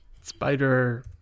Spider